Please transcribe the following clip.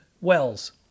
Wells